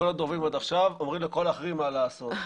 כל הדוברים עד עכשיו אומרים לכל האחרים מה לעשות,